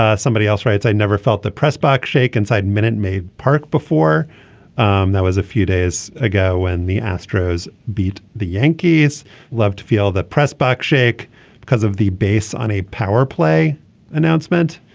ah somebody else writes i never felt the press box shake inside. minute maid park before um there was a few days ago when the astros beat the yankees love to feel that press box shake because of the base on a power play announcement.